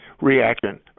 reaction